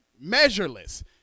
measureless